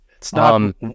Stop